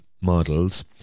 models